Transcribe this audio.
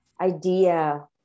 idea